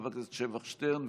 חבר הכנסת שבח שטרן,